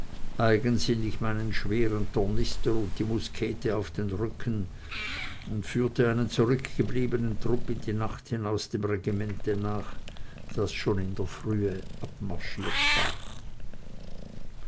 eigensinnig meinen schweren tornister und die muskete auf den rücken und führte einen zurückgebliebenen trupp in die nacht hinaus dem regimente nach das schon in der frühe abmarschiert war